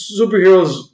superheroes